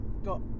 got